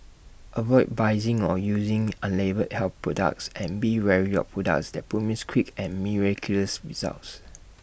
avoid buying or using unlabelled health products and be wary of products that promise quick and miraculous results